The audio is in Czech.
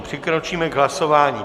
Přikročíme k hlasování.